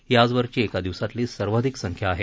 ही आजवरची एका दिवसातली सर्वाधिक संख्या आहे